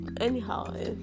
anyhow